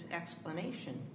explanation